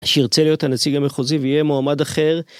שירצה להיות הנציג המחוזי ויהיה מועמד אחר.